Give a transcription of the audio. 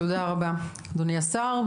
תודה רבה לך אדוני השר נחמן שי,